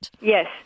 Yes